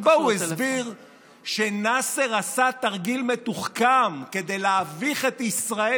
שבו הוא הסביר שנאצר עשה תרגיל מתוחכם כדי להביך את ישראל,